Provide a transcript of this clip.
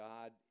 God